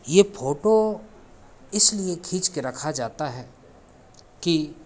यह फ़ोटो इसलिए खींचकर रखा जाता है कि